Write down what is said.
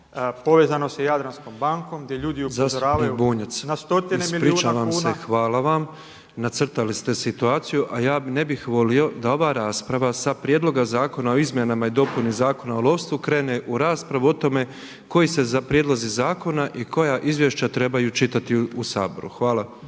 povezano sa Jadranskom bankom gdje ljudi upozoravaju na stotine milijuna kuna … …/Upadica predsjednik: Zastupnik Bunjac, ispričavam se, hvala vam./… **Petrov, Božo (MOST)** Nacrtali ste situaciju. A ja ne bih volio da ova rasprava sa Prijedloga zakona o izmjenama i dopuni Zakona o lovstvu krene u raspravu o tome koji se prijedlozi zakona i koja izvješća trebaju čitati u Saboru. Hvala.